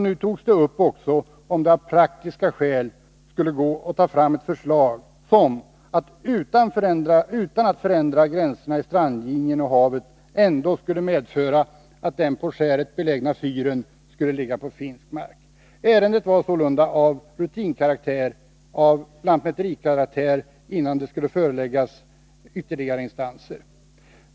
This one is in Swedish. Nu tog man upp en diskussion om det av praktiska skäl också skulle gå att utarbeta ett förslag som, utan att förändra gränserna i strandlinjen och havet, skulle medföra att även den på skäret belägna fyren skulle ligga på finsk mark. Ärendet var sålunda av rutinkaraktär och av lantmäterikaraktär innan det skulle föreläggas andra instanser.